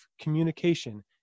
communication